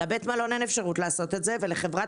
לבית המלון אין אפשרות לעשות את זה ולחברת